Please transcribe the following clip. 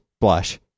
blush